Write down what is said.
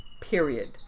period